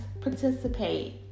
participate